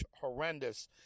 horrendous